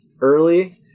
early